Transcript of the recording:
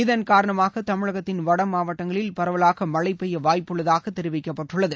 இதன் காரணமாக தமிழகத்தின் வட மாவட்டங்களில் பரவலாக மழை பெய்ய வாய்ப்புள்ளதாகத் தெரிவிக்கப்பட்டுள்ளது